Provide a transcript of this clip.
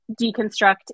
deconstruct